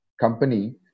company